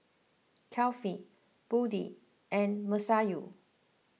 Kefli Budi and Masayu